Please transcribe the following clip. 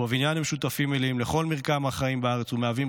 ובבניין הם שותפים מלאים בכל מרקם החיים בארץ ומהווים